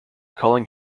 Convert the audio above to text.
calling